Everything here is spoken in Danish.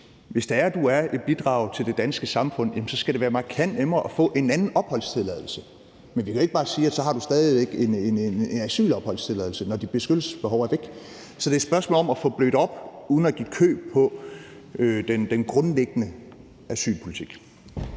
hvis man bidrager til det danske samfund, skal det være markant nemmere at få en anden opholdstilladelse. Men vi kan ikke bare sige, at man stadig væk har en asylopholdstilladelse, når ens beskyttelsesbehov er væk. Så det er et spørgsmål om at få blødt op uden at give køb på den grundlæggende asylpolitik.